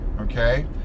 okay